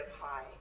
high